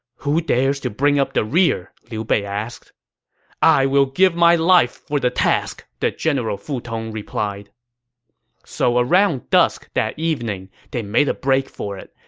who dares to bring up the rear? liu bei asked i will give my life for the task! the general fu tong replied so around dusk that evening, they made a break for it.